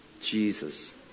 Jesus